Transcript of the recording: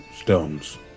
stones